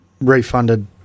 refunded